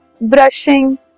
brushing